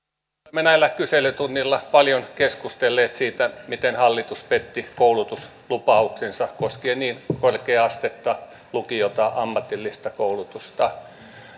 olemme näillä kyselytunneilla paljon keskustelleet siitä miten hallitus petti koulutuslupauksensa koskien niin korkea astetta lukiota kuin ammatillista koulutusta